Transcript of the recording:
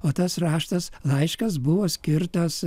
o tas raštas laiškas buvo skirtas